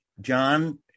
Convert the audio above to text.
John